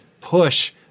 push